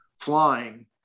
flying